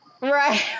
Right